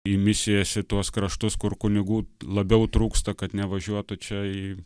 į misijas į tuos kraštus kur kunigų labiau trūksta kad nevažiuotų čia į